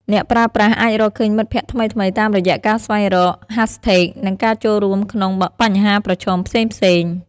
អ្នកប្រើប្រាស់អាចរកឃើញមិត្តភក្តិថ្មីៗតាមរយៈការស្វែងរក ហាសថេក និងការចូលរួមក្នុង បញ្ហាប្រឈមផ្សេងៗ។